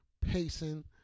pacing